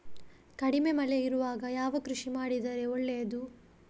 ಕಡಿಮೆ ಮಳೆ ಇರುವಾಗ ಯಾವ ಕೃಷಿ ಮಾಡಿದರೆ ಒಳ್ಳೆಯದು?